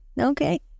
Okay